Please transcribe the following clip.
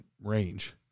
range